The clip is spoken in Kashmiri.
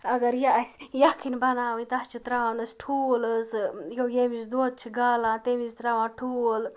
اَگر یہِ اَسہِ یَکھٕنۍ بَناوٕنۍ تَتھ چھِ تراوان أسۍ ٹھوٗل حظ ییٚمہِ وِزِ دۄد چھِ گالان تمہِ وِزِ تراوان ٹھوٗل